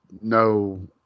no